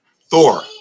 Thor